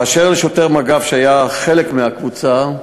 באשר לשוטר מג"ב שהיה חלק מהקבוצה,